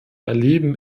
erleben